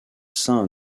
sein